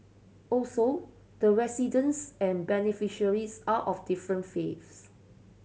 also the residents and beneficiaries are of different faiths